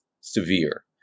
severe